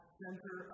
center